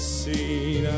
seen